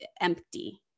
empty